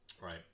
Right